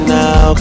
now